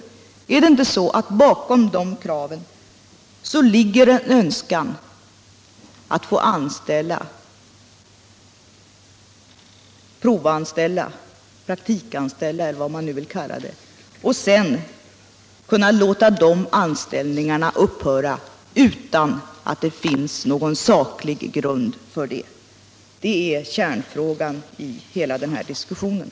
Då vill jag fråga: Är det inte så att det bakom det kravet ligger en önskan att få anställa — provanställa, praktikanställa eller vad man vill kalla det — och sedan kunna låta anställningarna upphöra utan att det finns någon saklig grund för det? Det är kärnfrågan i hela den här diskussionen.